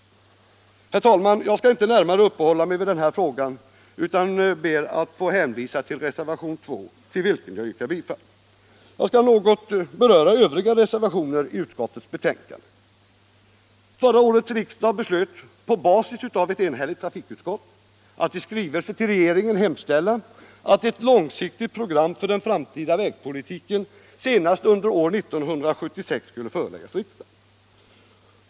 Herr talman! Jag skall inte närmare uppehålla mig vid denna fråga utan ber att få hänvisa till reservationen 2, som jag yrkar bifall till. Jag skall därefter något beröra övriga reservationer i utskottets betänkande. Förra årets riksdag beslöt på basis av ett betänkande från ett enhälligt trafikutskott att i skrivelse till regeringen hemställa att ett långsiktigt program för den framtida vägpolitiken snarast under år 1976 skulle föreläggas riksdagen.